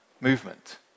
movement